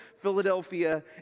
Philadelphia